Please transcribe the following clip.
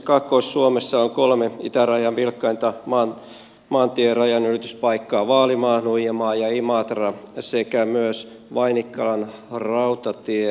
kaakkois suomessa on kolme itärajan vilkkainta maantierajanylityspaikkaa vaalimaa nuijamaa ja imatra sekä vainikkalan rautatien rajan ylityspaikka